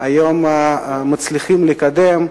היום מצליחים לקדם,